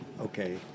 Okay